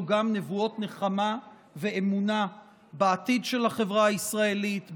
גם נבואות נחמה ואמונה בעתיד של החברה הישראלית,